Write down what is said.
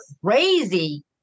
crazy